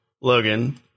Logan